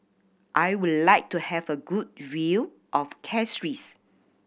I would like to have a good view of Castries